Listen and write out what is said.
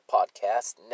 Podcast